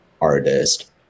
artist